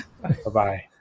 Bye-bye